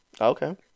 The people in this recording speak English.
Okay